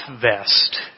vest